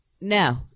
No